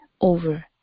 over